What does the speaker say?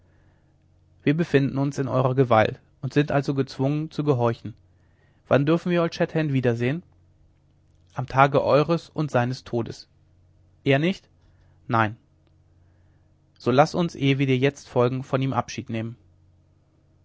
wir befinden uns in eurer gewalt und sind also gezwungen zu gehorchen wann dürfen wir old shatterhand wiedersehen am tage eures und seines todes eher nicht nein so laß uns ehe wir dir jetzt folgen von ihm abschied nehmen